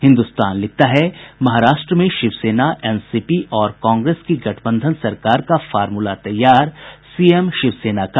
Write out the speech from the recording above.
हिन्दुस्तान लिखता है महाराष्ट्र में शिवसेना एनसीपी और कांग्रेस की गठबंधन सरकार का फार्मूला तैयार सीएम शिवसेना का